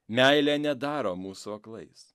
meilė nedaro mūsų aklais